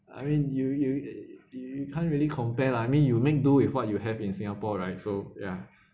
I mean you you you can't really compare lah I mean you make do with what you have in singapore right so ya